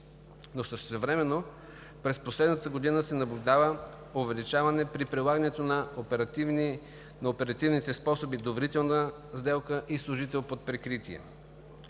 но същевременно през последната година се наблюдава увеличаване при прилагането на оперативните способи доверителна сделка и служител под прикритие.